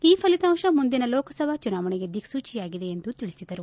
ಈ ಫಲಿತಾಂಶ ಮುಂದಿನ ಲೋಕಸಭಾ ಚುನಾವಣೆಗೆ ದಿಕ್ವೂಚಿಯಾಗಿದೆ ಎಂದು ತಿಳಿಸಿದರು